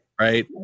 right